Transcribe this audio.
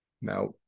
Now